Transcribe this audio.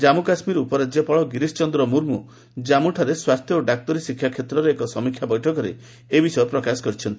ଜାମ୍ମୁ କାଶ୍ମୀର ଉପରାଜ୍ୟପାଳ ଗିରିଶ ଚନ୍ଦ୍ର ମୁର୍ମୁ କାଞ୍ଗୁଠାରେ ସ୍ୱାସ୍ଥ୍ୟ ଓ ଡାକ୍ତରୀ ଶିକ୍ଷା କ୍ଷେତ୍ରର ଏକ ସମୀକ୍ଷା ବୈଠକରେ ଏ ବିଷୟ ପ୍ରକାଶ କରିଛନ୍ତି